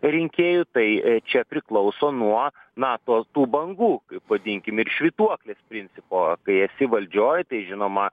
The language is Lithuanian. rinkėjų tai čia priklauso nuo na to tų bangų vadinkim ir švytuoklės principo kai esi valdžioj tai žinoma